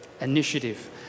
initiative